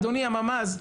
אדוני ממ"ז,